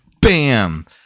bam